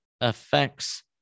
affects